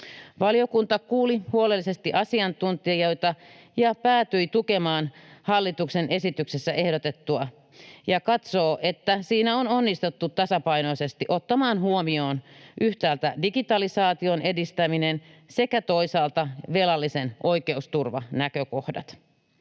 Valiokunta kuuli huolellisesti asiantuntijoita ja päätyi tukemaan hallituksen esityksessä ehdotettua ja katsoo, että siinä on onnistuttu tasapainoisesti ottamaan huomioon yhtäältä digitalisaation edistäminen sekä toisaalta velallisen oikeusturvanäkökohdat.